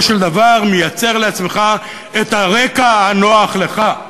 של דבר מייצר לעצמך את הרקע הנוח לך.